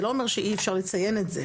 זה לא אומר שאי אפשר לציין את זה,